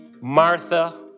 Martha